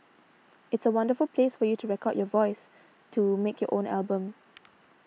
it's a wonderful place for you to record your voice to make your own album